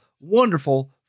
wonderful